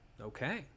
Okay